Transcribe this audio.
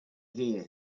hear